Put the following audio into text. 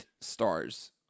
stars